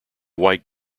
white